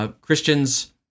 Christians